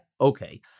Okay